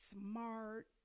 smart